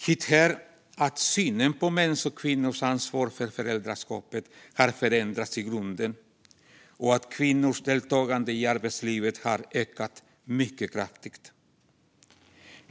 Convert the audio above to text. Hit hör att synen på mäns och kvinnors ansvar för föräldraskapet har förändrats i grunden och att kvinnors deltagande i arbetslivet har ökat mycket kraftigt.